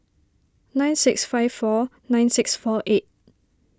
nine six five four nine six four eight